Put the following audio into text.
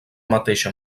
mateixa